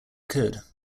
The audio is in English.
could